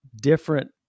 different